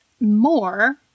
more